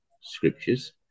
scriptures